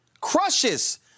crushes